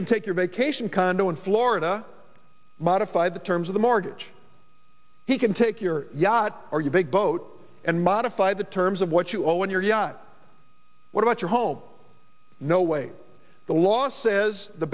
can take your vacation condo in florida modify the terms of the mortgage he can take your yacht or your big boat and modify the terms of what you owe in your yacht what about your home no way the law says the